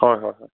হয় হয়